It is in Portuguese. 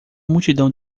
multidão